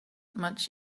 much